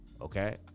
okay